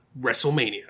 WrestleMania